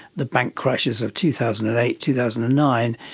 the bank crashes of two thousand and eight, two thousand and nine,